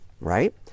right